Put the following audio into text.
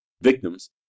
victims